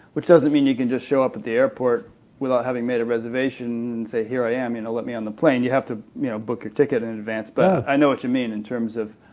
which doesn't mean you can just show up at the airport without having made a reservation and say, here i am, you know let me on the plane you have to ah book your ticket in advance. but i know what you mean in terms of